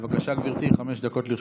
בבקשה, גברתי, חמש דקות לרשותך.